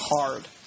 hard